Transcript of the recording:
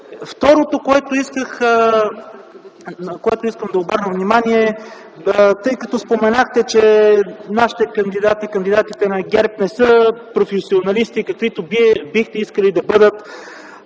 Второ, на което искам да обърна внимание – споменахте, че нашите кандидати на ГЕРБ не са професионалисти, каквито бихте искали да бъдат.